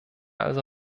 also